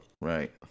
Right